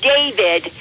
David